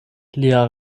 lia